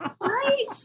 Right